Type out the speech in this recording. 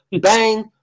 bang